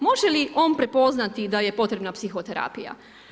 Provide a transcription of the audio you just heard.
Može li on prepoznati da je potrebna psihoterapija?